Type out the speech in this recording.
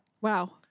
Wow